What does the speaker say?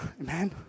Amen